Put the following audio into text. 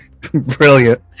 Brilliant